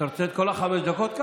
נתן לי חמש דקות.